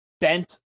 bent